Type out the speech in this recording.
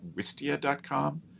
wistia.com